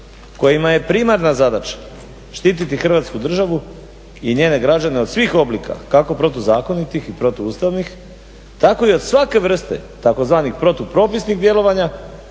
kojima je primarna zadaća štititi hrvatsku državu i njene građane od svih oblika kako protuzakonitih i protuustavnih, tako i od svake vrste tzv. protupropisnih djelovanja,